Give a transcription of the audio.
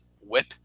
whip